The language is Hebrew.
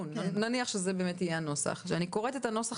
נניח שזה באמת יהיה הנוסח האם כשאני קוראת את הנוסח